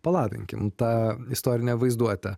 palavinkim tą istorinę vaizduotę